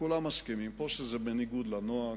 וכולם מסכימים פה, שזה בניגוד לנוהג,